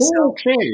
Okay